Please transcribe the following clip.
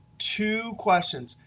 two questions.